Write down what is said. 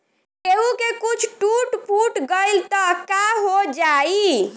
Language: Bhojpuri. केहू के कुछ टूट फुट गईल त काहो जाई